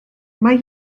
mae